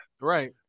Right